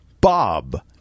Bob